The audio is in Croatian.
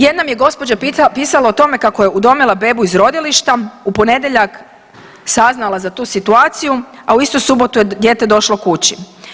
Jedna mi je gospođa pisala o tome kako je udomila bebu iz rodilišta u ponedjeljak saznala za tu situaciju, a u istu subotu je dijete došlo kući.